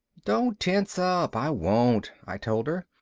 don't tense up, i won't, i told her.